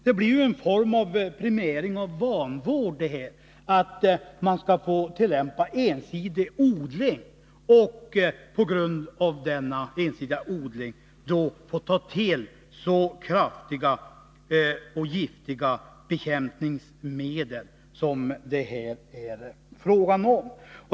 Det blir en form av premiering av vanvård, när man får tillämpa ensidig odling och på grund av denna får ta till så kraftiga och giftiga bekämpningsmedel som det här är fråga om.